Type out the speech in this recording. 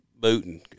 booting